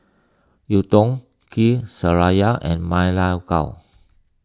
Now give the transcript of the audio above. Lontong Kuih Syara and Ma Lai Gao